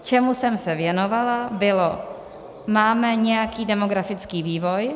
Čemu jsem se věnovala, bylo máme nějaký demografický vývoj.